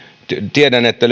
tiedän että